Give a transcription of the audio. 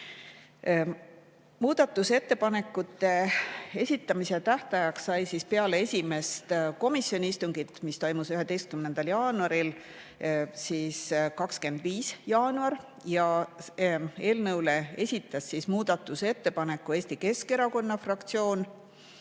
Muudatusettepanekute esitamise tähtajaks sai peale esimest komisjoni istungit, mis toimus 11. jaanuaril, 25. jaanuar. Eelnõu kohta esitas muudatusettepaneku Eesti Keskerakonna fraktsioon.